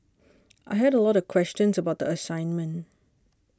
I had a lot of questions about the assignment